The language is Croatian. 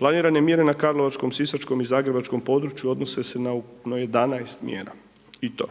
Planirane mjera na karlovačkom, sisačkom i zagrebačkog području odnose se na ukupno 11 mjera i to